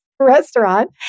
Restaurant